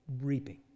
reaping